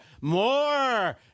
more